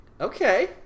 Okay